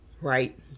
right